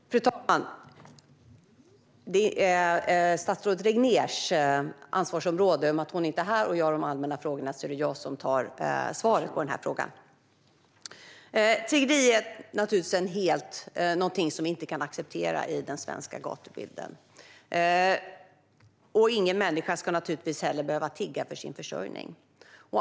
Fru talman! Detta är statsrådet Regnérs ansvarsområde, men eftersom hon inte är här och jag har de allmänna frågorna är det jag som svarar på frågan. Tiggeri är något vi givetvis inte kan acceptera i den svenska gatubilden, och ingen människa ska behöva tigga för sin försörjning.